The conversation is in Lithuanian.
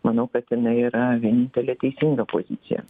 manau kad jinai yra vienintelė teisinga pozicija